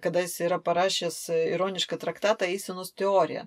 kadaise yra parašęs ironišką traktatą eisenos teorija